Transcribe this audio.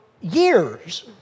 years